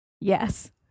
Yes